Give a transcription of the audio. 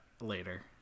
later